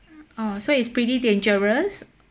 oh so it's pretty dangerous